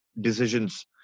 decisions